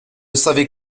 savait